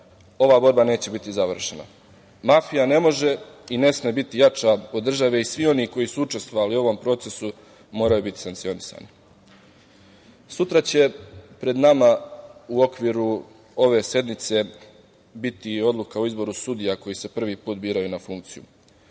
ova borba neće biti završena. Mafija ne može i ne sme biti jača od države i svi oni koji su učestvovali u ovom procesu moraju biti sankcionisani. Sutra će pred nama u okviru ove sednice biti i odluka o izboru sudija koji se prvi put biraju na funkciju.